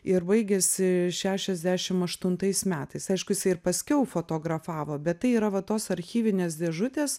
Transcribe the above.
ir baigėsi šešiasdešim aštuntais metais aišku jisai ir paskiau fotografavo bet tai yra va tos archyvinės dėžutės